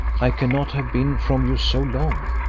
i cannot have been from you so long.